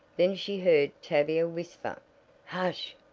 then she heard tavia whisper hush!